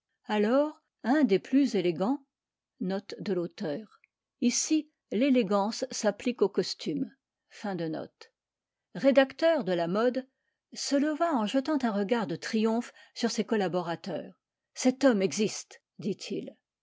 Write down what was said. alors un des plus élégants rédacteurs de la mode se leva en jetant un regard de triomphe sur ses collaborateurs cet homme existe dit-il